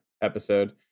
episode